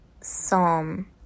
psalm